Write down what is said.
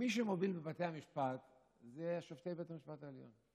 מי שמוביל בבתי המשפט אלו שופטי בית המשפט העליון.